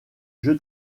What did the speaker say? jeu